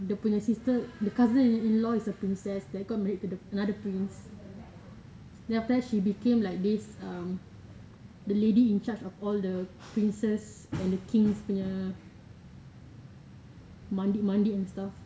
dia punya sister the cousin-in-law is a princess then got married to another prince then after that she became like this the lady in charge of all the princess and the kings punya mandi mandi and stuff